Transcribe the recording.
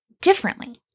differently